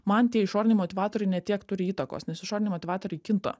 man tie išoriniai motyvatoriai ne tiek turi įtakos nes išoriniai motyvatoriai kinta